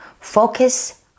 focus